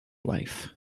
life